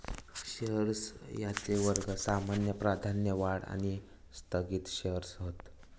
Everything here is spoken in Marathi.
शेअर्स यांचे वर्ग सामान्य, प्राधान्य, वाढ आणि स्थगित शेअर्स हत